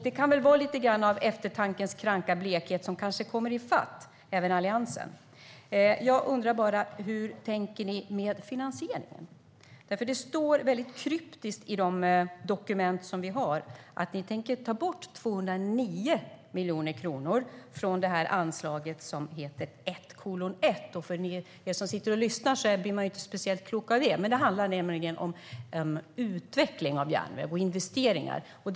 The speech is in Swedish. Det kan vara eftertankens kranka blekhet som kommer i fatt även Alliansen. Hur tänker Moderaterna med finansieringen? Det står kryptiskt i de dokument som finns att ni tänker ta bort 209 miljoner kronor från anslaget 1:1. De som sitter och lyssnar blir inte speciellt kloka av det, men det handlar om utveckling av och investeringar i järnväg.